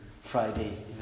Friday